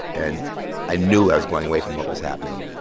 and i knew i was going away from what was happening.